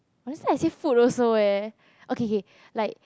honestly I save food also eh okay K like